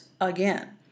again